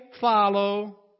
follow